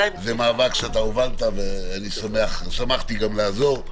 זה מאבק שאתה הובלת ואני שמחתי גם לעזור,